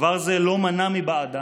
דבר זה לא מנע מבעדה